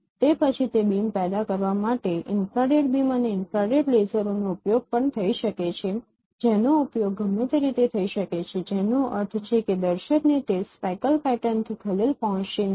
તે પછી તે બીમ પેદા કરવા માટે ઇન્ફ્રારેડ બીમ અને ઇન્ફ્રારેડ લેસરોનો ઉપયોગ પણ થઈ શકે છે અને જેનો ઉપયોગ ગમે તે રીતે થઈ શકે છે જેનો અર્થ છે કે દર્શકને તે સ્પેકલ પેટર્નથી ખલેલ પહોંચશે નહીં